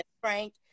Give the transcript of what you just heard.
Frank